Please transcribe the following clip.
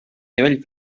nivell